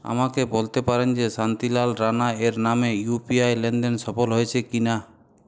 আমাকে বলতে পারেন যে শান্তিলাল রাণার নামে ইউপিআই লেনদেন সফল হয়েছে কিনা